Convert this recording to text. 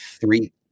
three